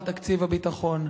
על תקציב הביטחון.